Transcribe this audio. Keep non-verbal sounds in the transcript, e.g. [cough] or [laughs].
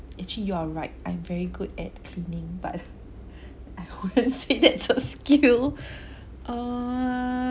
actually you're right I'm very good at cleaning but I [laughs] wouldn't say that's a skill [breath] err